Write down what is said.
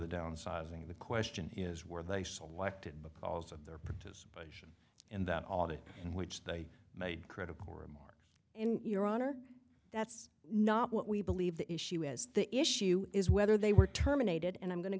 the downsizing the question is were they selected because of their participation in that audit in which they made critical remarks in your honor that's not what we believe the issue is the issue is whether they were terminated and i'm going to